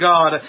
God